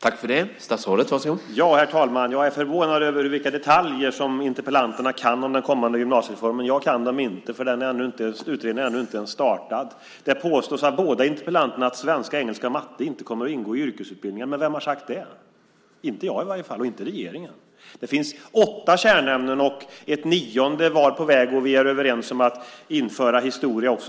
Herr talman! Jag är förvånad över de detaljer som interpellanterna känner till om den kommande gymnasiereformen. Jag känner inte till dem eftersom utredningen ännu inte har startat. Båda interpellanterna påstår att svenska, engelska och matte inte kommer att ingå i yrkesutbildningarna. Vem har sagt det? Inte jag och inte regeringen. Det finns åtta kärnämnen, och ett nionde är på väg. Vi är överens om att införa historia.